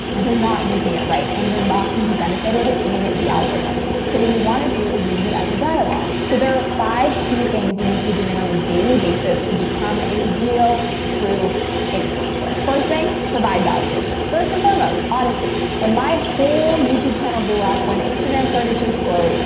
you're not using it right, and you're not going to be benefited in the algorithms. so, we want to do is use it as a dialogue. so, there are five key things you need to be doing on a daily basis to become a real true influencer. first thing, provide value. first and foremost, honestly. when my whole youtube channel blew up, when instagram started to explode,